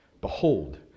Behold